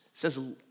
says